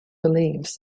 believes